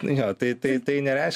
jo tai tai tai nereiškia